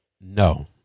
No